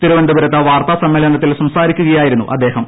തിരുവനന്തപുരത്ത് വാർത്താ സമ്മേളനത്തിൽ സംസാരിക്കുകയായിരുന്നു അദ്ദേഹം